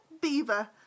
beaver